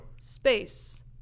Space